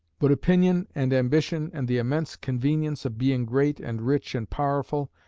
but opinion and ambition and the immense convenience of being great and rich and powerful,